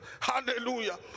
Hallelujah